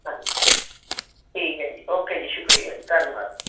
ਹਾਂਜੀ ਠੀਕ ਹੈ ਜੀ ਓਕੇ ਜੀ ਸ਼ੁਕਰੀਆ ਜੀ ਧੰਨਵਾਦ